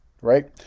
right